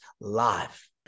live